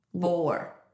Four